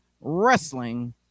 Wrestling